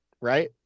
right